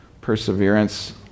perseverance